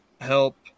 help